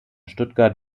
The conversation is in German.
stuttgart